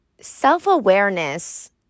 self-awareness